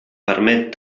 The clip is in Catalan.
permet